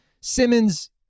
Simmons